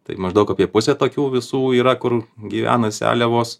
tai maždaug apie pusė tokių visų yra kur gyvena seliavos